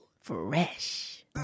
Fresh